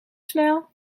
snel